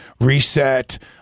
reset